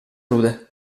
rude